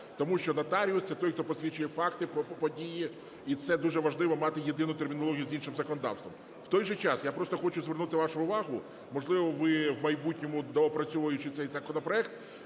Тому що нотаріус – це той, хто посвідчує факти, події і це дуже важливо мати єдину термінологію з іншим законодавством. В той же час, я просто хочу звернути вашу увагу, можливо, ви в майбутньому доопрацьовуючи цей законопроект…